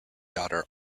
daughter